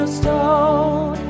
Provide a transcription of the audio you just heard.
stone